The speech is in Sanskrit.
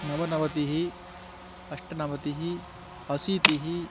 नवनवतिः अष्टनवतिः अशीतिः